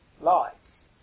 lives